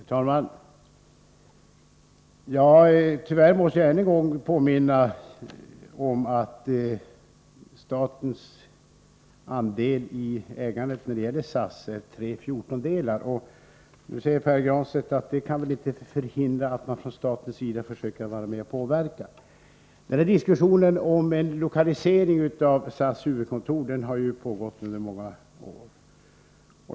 Herr talman! Tyvärr måste jag ännu en gång påminna om att statens andel i ägandet när det gäller SAS är tre fjortondelar. Nu säger Pär Granstedt att detta inte kan hindra staten att försöka vara med och påverka. Diskussionen om lokaliseringen av SAS huvudkontor har pågått under många år.